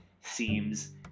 seems